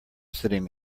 sitting